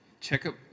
checkup